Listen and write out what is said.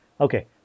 Okay